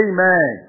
Amen